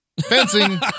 Fencing